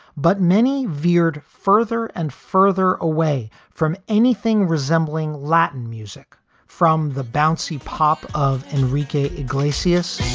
but many veered further and further away from anything resembling latin music from the bouncy pop of enrique iglesias